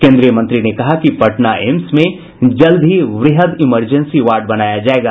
केन्द्रीय मंत्री ने कहा कि पटना एम्स में जल्द ही वृहद इमरजेंसी वार्ड बनाया जायेगा